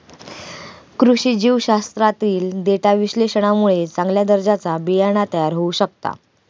कृषी जीवशास्त्रातील डेटा विश्लेषणामुळे चांगल्या दर्जाचा बियाणा तयार होऊ शकता